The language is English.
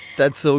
that's so